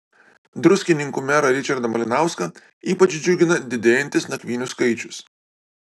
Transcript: druskininkų merą ričardą malinauską ypač džiugina didėjantis nakvynių skaičius